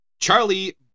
Charlie